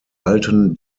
alten